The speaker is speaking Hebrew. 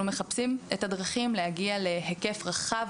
אנחנו מחפשים את הדרכים להגיע להיקף רחב